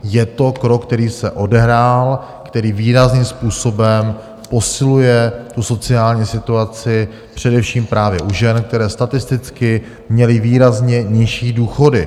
Je to krok, který se odehrál, který výrazným způsobem posiluje tu sociální situaci především právě u žen, které statisticky měly výrazně nižší důchody.